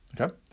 Okay